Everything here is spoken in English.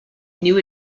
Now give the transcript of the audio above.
new